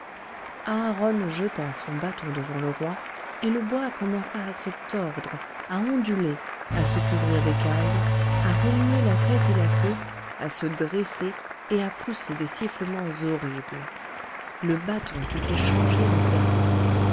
aharon jeta son bâton devant le roi et le bois commença à se tordre à onduler à se couvrir d'écailles à remuer la tête et la queue à se dresser et à pousser des sifflements horribles le bâton s'était changé en serpent